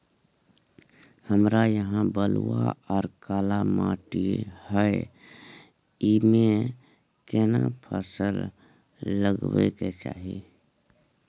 हमरा यहाँ बलूआ आर काला माटी हय ईमे केना फसल लगबै के चाही?